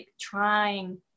trying